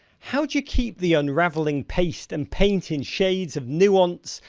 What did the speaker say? how do you keep the unraveling pace and painting shades of nuance,